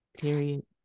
Period